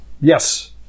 Yes